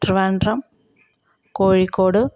Trivandrum Kozhikode